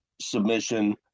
submission